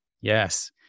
yes